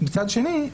מצד שני,